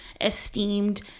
esteemed